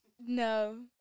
No